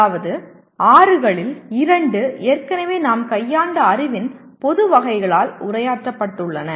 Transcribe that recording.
அதாவது ஆறுகளில் இரண்டு ஏற்கனவே நாம் கையாண்ட அறிவின் பொதுவான வகைகளால் உரையாற்றப்பட்டுள்ளன